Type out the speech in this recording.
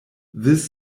this